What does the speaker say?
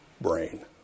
brain